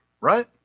right